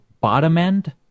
bottom-end